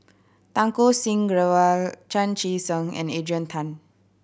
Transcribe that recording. Santokh Singh Grewal Chan Chee Seng and Adrian Tan